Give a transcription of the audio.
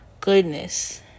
Goodness